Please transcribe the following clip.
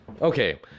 okay